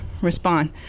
respond